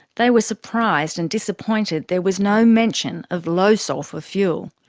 they were surprised and disappointed there was no mention of low sulphur fuel.